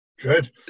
Good